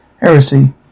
heresy